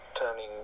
turning